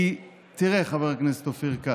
כי תראה, חבר הכנסת אופיר כץ,